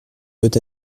peut